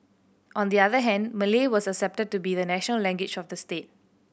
on the other hand Malay was accepted to be the national language of the state